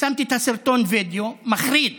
שמתי את סרטון הווידאו, מחריד